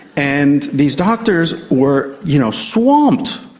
and these doctors were you know swamped,